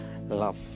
love